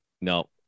No